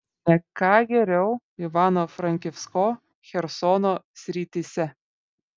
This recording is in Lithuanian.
ne ką geriau ivano frankivsko chersono srityse